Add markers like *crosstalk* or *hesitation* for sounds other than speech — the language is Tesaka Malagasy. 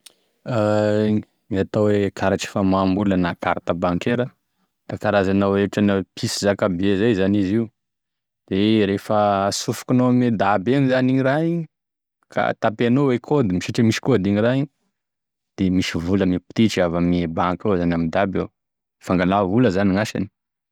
*hesitation* Gn'atao hoe karatry famohambola na carte bancaire da karazana hoe ohatra pisy zakabe zay izy io, da igny antsofoky ame DAB zagny iny raha igny ka tapenao e kaodiny satria misy kaody iny raha igny de misy vola mibotetry avy amy banky ao, avy ame DAB ao, fangala vola zany gn'asany.